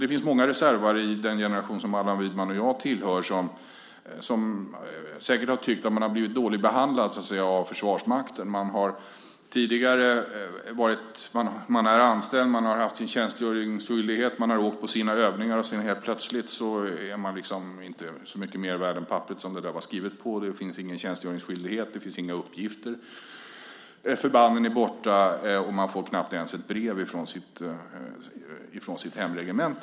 Det finns många reservare i den generation som Allan Widman och jag tillhör som säkert har tyckt att de har blivit dåligt behandlade av Försvarsmakten. Man är anställd, man har haft sin tjänstgöringsskyldighet, man har åkt på sina övningar och sedan helt plötsligt är man inte så mycket mer värd än papperet som det var skrivet på. Det finns ingen tjänstgöringsskyldighet. Det finns inga uppgifter. Förbanden är borta, och man får knappt ens ett brev från sitt hemregemente.